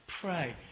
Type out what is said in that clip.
Pray